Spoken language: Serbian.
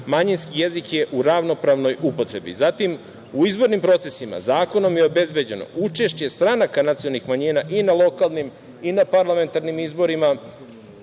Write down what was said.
manjinski jezik je u ravnopravnoj upotrebi. Zatim, u izbornim procesima zakonom je obezbeđeno učešće stranaka nacionalnih manjina i na lokalnim i na parlamentarnim izborima